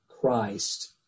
Christ